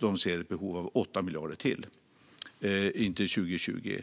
de ser ett behov av 8 miljarder till för 2021, inte 2020.